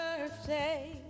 birthday